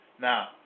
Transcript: Now